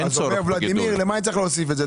אז אומר ולדימיר, למה אני צריך להוסיף את זה?